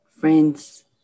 Friends